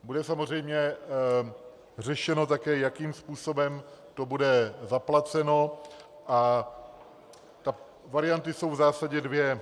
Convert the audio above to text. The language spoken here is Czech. Bude samozřejmě řešeno také, jakým způsobem to bude zaplaceno, a varianty jsou v zásadě dvě.